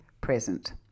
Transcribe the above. present